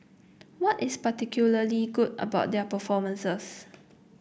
what is particularly good about their performances